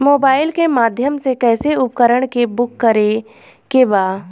Mobile के माध्यम से कैसे उपकरण के बुक करेके बा?